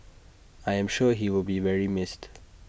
I am sure he will be very missed